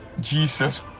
Jesus